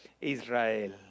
Israel